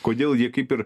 kodėl jie kaip ir